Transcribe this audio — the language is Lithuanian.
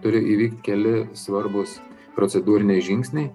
turi įvykt keli svarbūs procedūriniai žingsniai